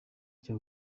cya